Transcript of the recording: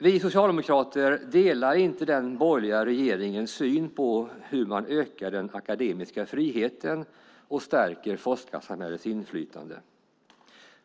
Vi socialdemokrater delar inte den borgerliga regeringens syn på hur man ökar den akademiska friheten och stärker forskarsamhällets inflytande.